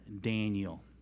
Daniel